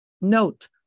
Note